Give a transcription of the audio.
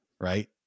right